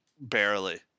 barely